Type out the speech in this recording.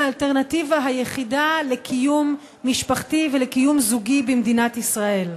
האלטרנטיבה היחידה לקיום משפחתי ולקיום זוגי במדינת ישראל.